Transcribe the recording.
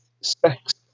sex